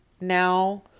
now